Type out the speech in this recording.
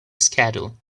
schedule